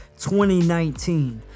2019